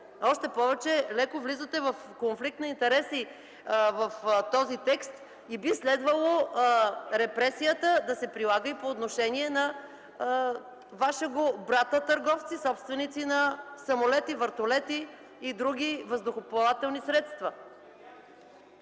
Още повече, леко влизате в конфликт на интереси в този текст и би следвало репресията да се прилага и по отношение на Вашево брата търговци, собственици на самолети, вертолети и други въздухоплавателни средства.